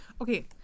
Okay